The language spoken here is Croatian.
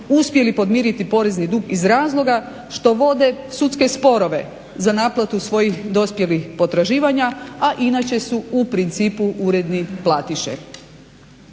uspjeli podmiriti porezni dug iz razloga što vode sudske sporove za naplatu svojih dospjelih potraživanja, a inače su u principu uredni platiše.